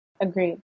Agreed